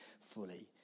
fully